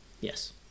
Yes